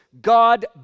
God